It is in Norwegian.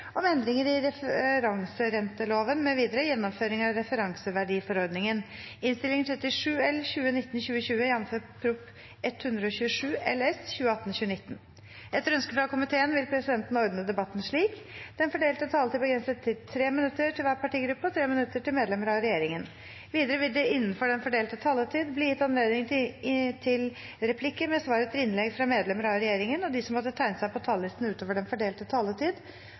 om ordet til sakene nr. 3 og 4. Etter ønske fra komiteen vil presidenten ordne debatten slik: Den fordelte taletid begrenses til 3 minutter til hver partigruppe og 3 minutter til medlemmer av regjeringen. Videre vil det – innenfor den fordelte taletid – bli gitt anledning til replikker med svar etter innlegg fra medlemmer av regjeringen, og de som måtte tegne seg på talerlisten utover den fordelte taletid,